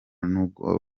nubwo